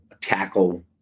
tackle